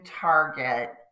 target